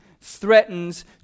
threatens